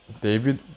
David